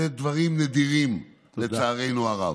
אלה דברים נדירים, לצערנו הרב.